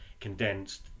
condensed